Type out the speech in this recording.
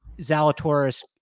Zalatoris